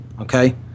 okay